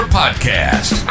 podcast